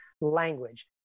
language